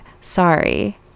Sorry